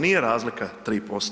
Nije razlika 3%